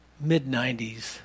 mid-90s